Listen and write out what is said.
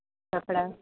कपिड़ा